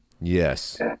Yes